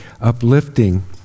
uplifting